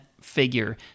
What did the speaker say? figure